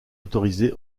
autorisée